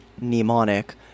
mnemonic